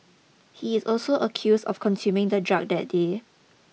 he is also accused of consuming the drug that day